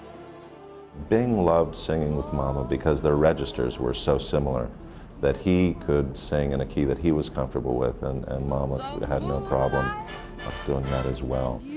bing loved singing with mama because their registers were so similar that he could sing in a key that he was comfortable with and and mama had no problem doing that as well.